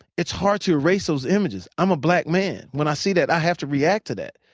it's hard to erase those images. i'm a black man. when i see that, i have to react to that.